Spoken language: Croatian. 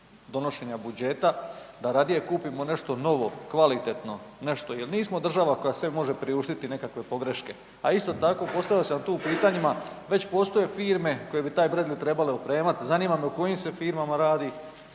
donošenja budžeta, da radije kupimo nešto novo, kvalitetno nešto jer nismo država koja sebi može priuštiti nekakve pogreške a isto tako postavio sam tu u pitanjima, već postoje firme koje bi taj Bradley trebale opremat, zanima me o kojim se firmama radi